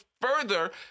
further